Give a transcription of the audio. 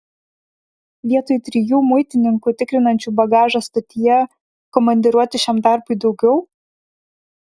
vietoj trijų muitininkų tikrinančių bagažą stotyje komandiruoti šiam darbui daugiau